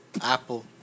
Apple